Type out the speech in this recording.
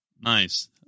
Nice